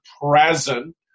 present